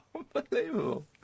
Unbelievable